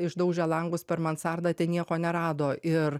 išdaužė langus per mansardą ten nieko nerado ir